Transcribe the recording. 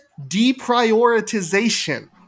deprioritization